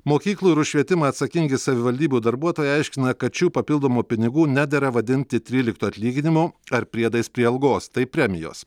mokyklų ir už švietimą atsakingi savivaldybių darbuotojai aiškina kad šių papildomų pinigų nedera vadinti tryliktu atlyginimu ar priedais prie algos tai premijos